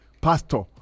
pastor